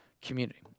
community